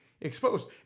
exposed